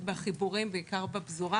בחיבורים, בעיקר בפזורה.